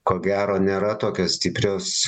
ko gero nėra tokios stiprios